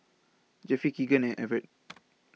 Jeffry Kegan and Evert